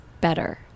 better